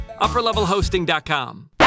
Upperlevelhosting.com